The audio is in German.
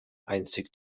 einzig